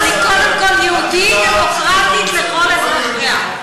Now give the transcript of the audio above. אבל היא קודם כול יהודית דמוקרטית לכל אזרחיה.